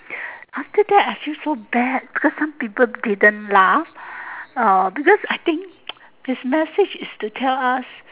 after that I feel so bad because some people didn't lah uh because I think his message is to tell us